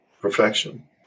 perfection